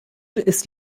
ist